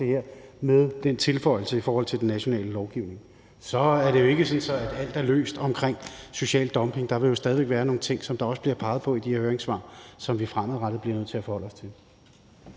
med den tilføjelse i forhold til den nationale lovgivning. Så er det jo ikke sådan, at alt er løst omkring social dumping. Der vil jo stadig væk være nogle ting, som der også bliver peget på i de her høringssvar, som vi fremadrettet bliver nødt til at forholde os til.